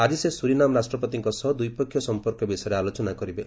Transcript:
ଆଜି ସେ ସୁରିନାମ୍ ରାଷ୍ଟ୍ରପତିଙ୍କ ସହ ଦ୍ୱିପକ୍ଷୀୟ ସମ୍ପର୍କ ବିଷୟରେ ଆଲୋଚନା କରିବେ